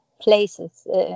places